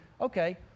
okay